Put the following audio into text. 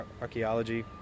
archaeology